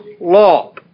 law